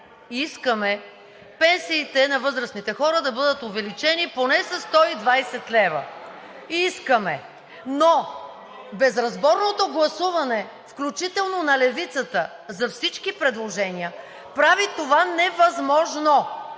искаме пенсиите на възрастните хора да бъдат увеличени поне със 120 лв. Искаме, но безразборното гласуване, включително на Левицата, за всички предложения прави това невъзможно